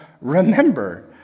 remember